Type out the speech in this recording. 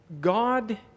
God